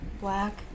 Black